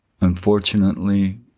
Unfortunately